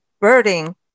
birding